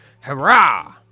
Hurrah